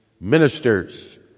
ministers